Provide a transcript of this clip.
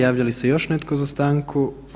Javlja li se još neko za stanku?